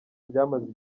ryamaze